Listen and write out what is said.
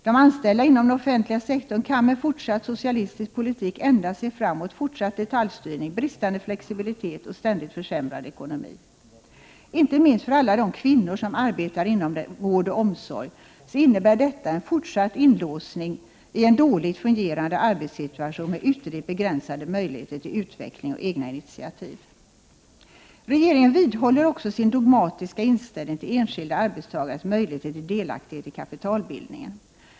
De anställda inom den offentliga sektorn kan med fortsatt socialistisk politik endast se fram emot fortsatt detaljstyrning, bristande flexibilitet och ständigt försämrad ekonomi. Inte minst för alla de kvinnor som arbetar inom vård och omsorg innebär detta en fortsatt inlåsning i en dåligt fungerande arbetssituation med ytterligt begränsade möjligheter till utveckling och egna initiativ. Regeringen vidhåller också sin dogmatiska inställning till enskilda arbetstagares möjligheter till delaktighet i kapitalbildningen.